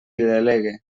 delegue